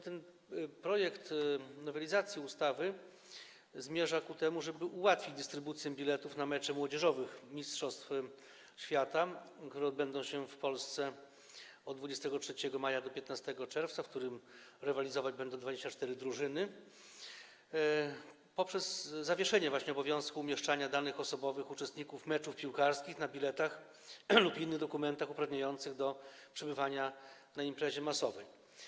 Ten projekt nowelizacji ustawy zmierza ku temu, żeby ułatwić dystrybucję biletów na mecze młodzieżowych mistrzostw świata, które odbędą się w Polsce od 23 maja do 15 czerwca, w których realizować się będą 24 drużyny, dzięki zawieszeniu właśnie obowiązku umieszczania danych osobowych uczestników meczów piłkarskich na biletach lub innych dokumentach uprawniających do przebywania na imprezie masowej.